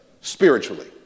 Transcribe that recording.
spiritually